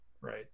right